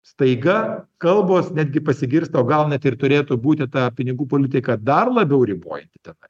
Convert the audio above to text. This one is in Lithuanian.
staiga kalbos netgi pasigirsta o gal net ir turėtų būti tą pinigų politika dar labiau ribojanti tenai